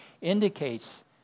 indicates